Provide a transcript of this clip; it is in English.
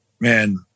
man